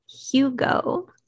Hugo